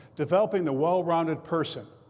developing the well-rounded person.